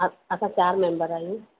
अ असां चारि मेंबर आहियूं